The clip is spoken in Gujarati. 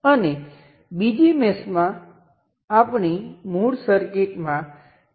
આના સંદર્ભમાં આ નોડ પરનો વોલ્ટેજ હું તેને લાલ રંગ તરીકે બતાવીશ અહીંનો વોલ્ટેજ V છે